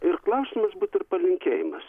ir klausimas būtų ir palinkėjimas